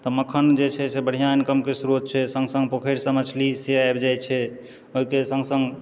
तऽ मखान जे छै से बढ़िआँ इनकमके स्रोत छै सङ्ग सङ्ग पोखरिसंँ मछलीसँ आबि जै छै ओहिके सङ्ग सङ्ग